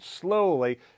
slowly